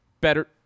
better